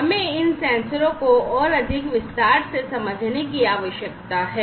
हमें इन सेंसरों को और अधिक विस्तार से समझने की आवश्यकता है